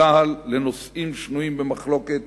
צה"ל לנושאים שנויים במחלוקת